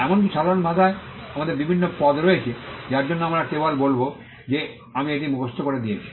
এমনকি সাধারণ ভাষায় আমাদের বিভিন্ন পদ রয়েছে যার জন্য আমরা কেবল বলব যে আমি এটি মুখস্ত করে দিয়েছি